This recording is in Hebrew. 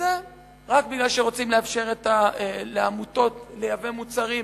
וזה רק מפני שרוצים לאפשר לעמותות לייבא מוצרים.